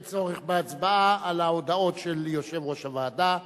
אין צורך בהצבעה על ההודעות של יושב-ראש הוועדה.